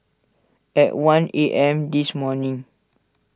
at one A M this morning